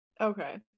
okay